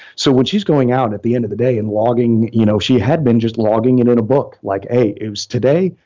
so when she's going out at the end of the day and logging, you know she had been just logging it in a book, like, a, today,